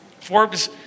Forbes